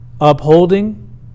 upholding